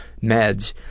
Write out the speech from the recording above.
meds